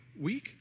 week